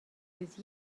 with